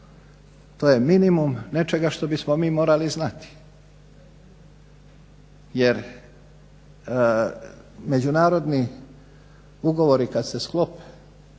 To je minimum nečega što bismo mi morali znati jer međunarodni ugovori kada se sklope